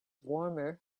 warmer